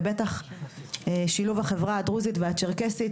ובטח שילוב החברה הדרוזית והצ'רקסית,